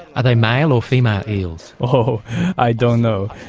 are they male or female eels? oh i don't know.